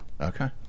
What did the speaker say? Okay